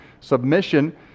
submission